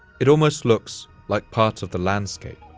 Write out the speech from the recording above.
it almost looks like part of the landscape.